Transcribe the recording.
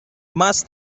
más